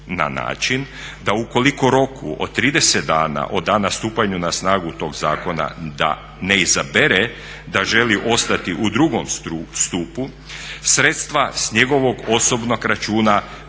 na način da ukoliko roku od 30 dana od dana stupanja na snagu tog zakona da ne izabere da želi ostati u drugom stupu sredstva s njegovog osobnog računa prenose